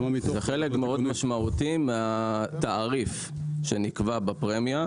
חלק מאוד משמעותי מהתעריף שנקבע בפרמיה,